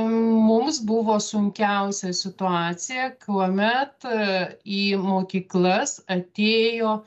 mums buvo sunkiausia situacija kuomet į mokyklas atėjo